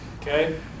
Okay